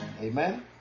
Amen